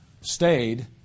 stayed